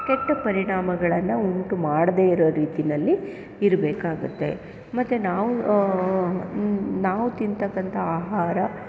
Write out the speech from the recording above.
ಕೆಟ್ಟ ಪರಿಣಾಮಗಳನ್ನು ಉಂಟು ಮಾಡದೇ ಇರೋ ರೀತಿನಲ್ಲಿ ಇರಬೇಕಾಗತ್ತೆ ಮತ್ತು ನಾವು ನಾವು ತಿಂತಕ್ಕಂಥ ಆಹಾರ